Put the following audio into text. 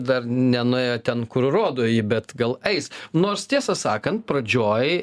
dar nenuėjo ten kur rodo jį bet gal eis nors tiesą sakant pradžioj